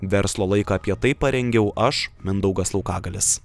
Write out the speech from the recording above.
verslo laiką apie tai parengiau aš mindaugas laukagalis